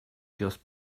just